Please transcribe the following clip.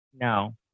No